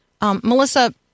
Melissa